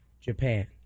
Japan